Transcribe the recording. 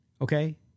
Okay